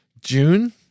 June